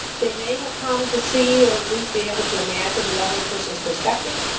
they may have come to see, or at least be able to imagine, the other person's perspective.